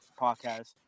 Podcast